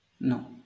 No